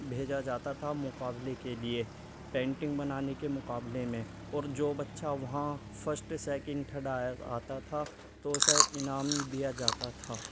بھیجا جاتا تھا مقابلے کے لیے پینٹنگ بنانے کے مقابلے میں اور جو بچہ وہاں فسٹ سیکنڈ ٹھڈ آتا تھا تو اسے انعام دیا جاتا تھا